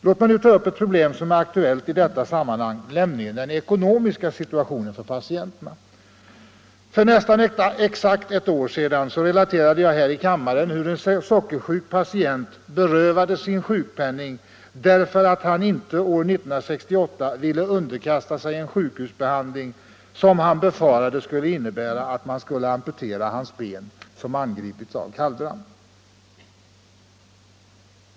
Låt mig ta upp ett annat problem som är aktuellt i detta sammanhang, nämligen den ekonomiska situationen för patienterna. För nästan exakt ett år sedan relaterade jag här i kammaren hur en sockersjuk patient berövades sin sjukpenning därför att han inte år 1968 ville underkasta sig en sjukhusbehandling, som han befarade skulle innebära att man skulle amputera hans ben, som angripits av kallbrand.